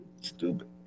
Stupid